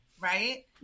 Right